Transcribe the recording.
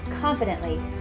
confidently